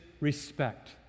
respect